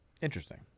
Interesting